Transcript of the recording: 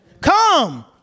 Come